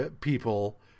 people